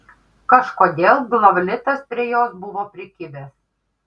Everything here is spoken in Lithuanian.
kažkodėl glavlitas prie jos buvo prikibęs